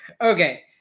okay